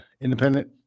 independent